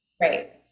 right